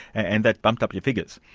and that bumped up your figures.